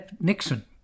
Nixon